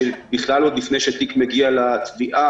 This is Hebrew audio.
בכלל עוד לפני שתיק מגיע לתביעה,